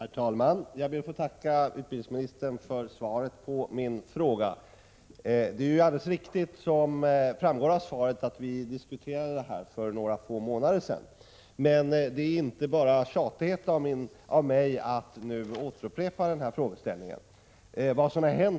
Herr talman! Jag ber att få tacka utbildningsministern för svaret på min fråga. Det är alldeles riktigt, som framgår av svaret, att vi diskuterade detta för några få månader sedan. Men det är inte enbart tjatighet från min sida som gör att jag nu återupprepar denna frågeställning.